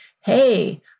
hey